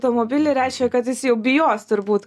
automobilį reiškia kad jis jau bijos turbūt